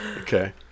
Okay